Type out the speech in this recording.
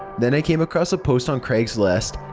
then i came across a post on craigslist,